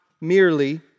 merely